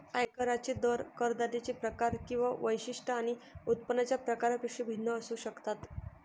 आयकरांचे दर करदात्यांचे प्रकार किंवा वैशिष्ट्ये आणि उत्पन्नाच्या प्रकारापेक्षा भिन्न असू शकतात